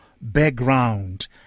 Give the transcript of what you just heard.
background